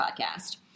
podcast